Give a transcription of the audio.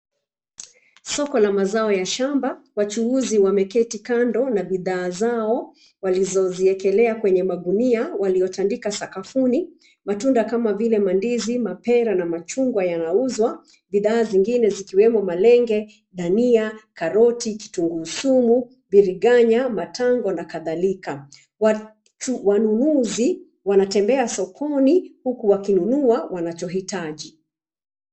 Soko la mazao ya shamba. Wachuuzi wameketi kando na bidhaa zao walizoziekelea kwenye magunia waliyotandika sakafuni. Matunda kama vile mandizi, mapera na machungwa yanauzwa. Bidhaa zingine zikiwemo malenge, dania, karoti, kitunguu saumu, biringanya, matango na kadhalika. Wanunuzi wanatembea sokoni huku wakinunua wanachohitaji.